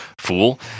Fool